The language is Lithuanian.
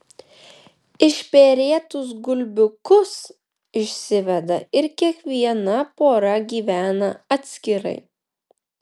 išperėtus gulbiukus išsiveda ir kiekviena pora gyvena atskirai